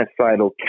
genocidal